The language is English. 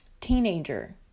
teenager